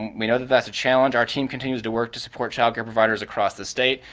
we know that's a challenge, our team continues to work to support childcare providers across the state.